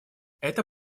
эта